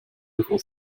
bevor